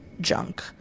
junk